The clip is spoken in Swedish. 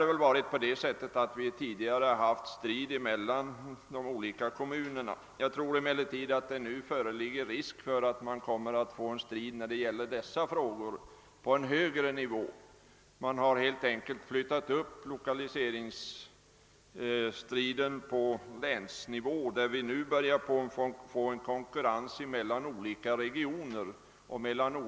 Tyvärr har det väl förekommit strid mellan olika kommuner. Jag befarar emellertid att det nu föreligger risk för att striden förs upp på en högre nivå när det gäller dessa frågor. Man har helt enkelt flyttat upp lokaliseringsstriden på länsnivå, och det börjar bli konkurrens mellan olika regioner och län.